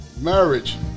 Marriage